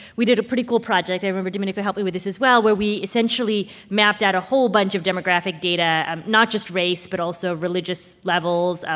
we did a pretty cool project i remember domenico helped me with this as well where we essentially mapped out a whole bunch of demographic data um not just race, but also religious levels, ah